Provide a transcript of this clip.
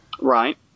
right